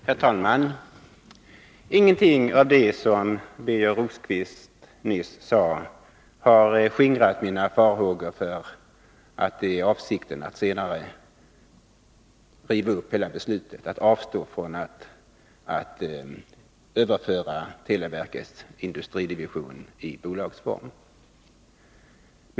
Herr talman! Ingenting av det som Birger Rosqvist nyss sade har skingrat mina farhågor för att avsikten är att senare riva upp hela beslutet, att avstå från att överföra televerkets industridivision i bolagsform.